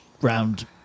round